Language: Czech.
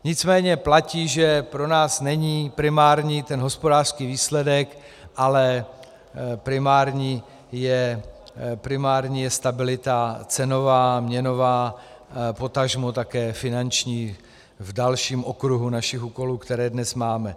Nicméně platí, že pro nás není primární ten hospodářský výsledek, ale primární je stabilita cenová, měnová, potažmo také finanční v dalším okruhu našich úkolů, které dnes máme.